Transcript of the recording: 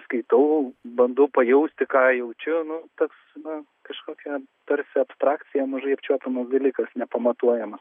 skaitau bandau pajausti ką jaučiu nu toks na kažkokia tarsi abstrakcija mažai apčiuopiamas dalykas nepamatuojamas